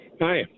Hi